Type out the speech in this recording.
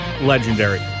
legendary